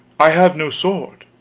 i have no sword.